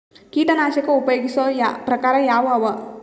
ಕೀಟನಾಶಕ ಉಪಯೋಗಿಸೊ ಪ್ರಕಾರ ಯಾವ ಅವ?